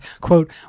Quote